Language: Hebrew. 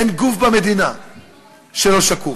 אין גוף במדינה שאיננו שקוף,